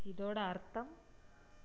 இதோட அர்த்தம்